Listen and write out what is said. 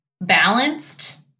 balanced